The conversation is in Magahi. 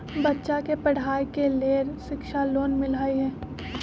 बच्चा के पढ़ाई के लेर शिक्षा लोन मिलहई?